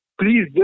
Please